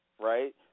right